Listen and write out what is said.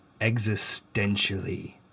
Existentially